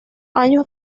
años